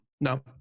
no